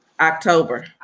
October